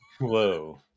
Whoa